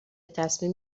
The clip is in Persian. تصمیم